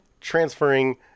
transferring